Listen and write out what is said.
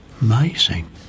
amazing